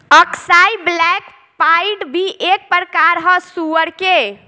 अक्साई black pied भी एक प्रकार ह सुअर के